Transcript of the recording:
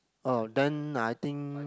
oh then I think